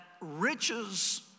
riches